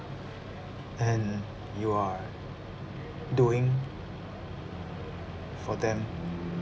and you are doing for them ya